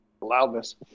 Loudness